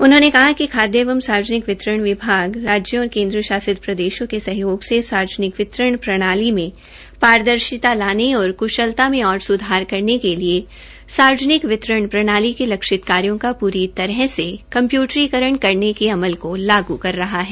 उन्होंने कहा कि खादयएवं सार्वजनिक वितरण विभाग राज्यों और केन्द्र शासित प्रदेशों के सहयोग से सार्वजनिक विरतण प्रणाली में में ओर सुधार करने के लिए पारदर्शिता लाने और कुशलता सार्वजनिक वितरण प्रणाली के लक्षित कार्यो का पूरी तरह से कम्प्यूटरीकरण करने के अमल को लागू कर रहा है